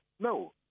No